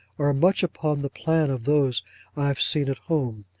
are much upon the plan of those i have seen at home.